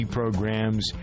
programs